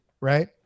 right